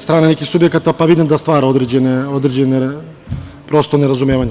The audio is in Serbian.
strane nekih subjekata, pa vidim da stvara određena nerazumevanja.